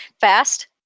fast